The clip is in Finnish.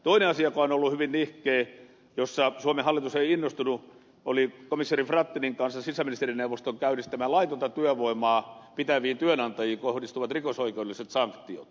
toinen asia joka on ollut hyvin nihkeä ja josta suomen hallitus ei innostunut oli komissaari frattinin sisäministerineuvoston kanssa käynnistämät laitonta työvoimaa pitäviin työnantajiin kohdistuvat rikosoikeudelliset sanktiot